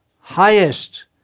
highest